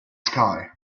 sky